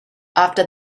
after